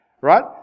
Right